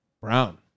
Brown